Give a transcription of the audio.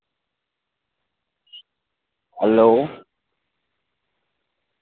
hello